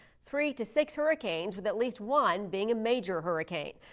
three to six hurricanes, with at least one being a major hurricane.